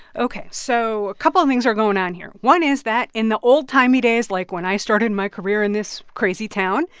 ok. so a couple of things are going on here. one is that in the old-timey days like when i started my career in this crazy town.